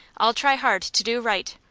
i'll try hard to do right.